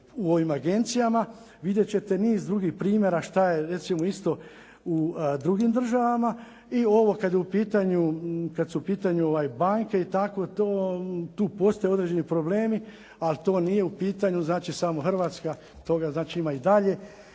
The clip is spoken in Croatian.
u ovim agencijama, vidjet ćete niz drugih primjera šta je recimo isto u drugim državama i ovo kad su u pitanju banke i tako. Tu postoje određeni problemi ali to nije u pitanju samo Hrvatska, toga znači ima i dalje